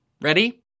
Ready